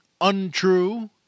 untrue